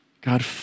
God